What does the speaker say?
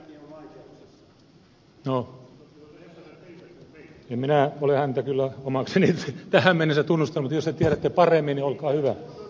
no en minä ole häntä kyllä omakseni tähän mennessä tunnustanut mutta jos te tiedätte paremmin niin olkaa hyvä